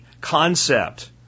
concept